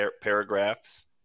paragraphs